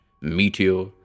meteor